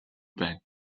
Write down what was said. байна